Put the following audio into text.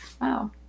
Wow